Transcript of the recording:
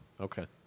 Okay